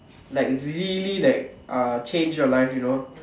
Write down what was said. like really like uh change your life you know